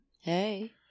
hey